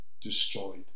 destroyed